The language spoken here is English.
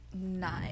nine